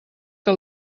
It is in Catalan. que